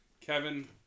Kevin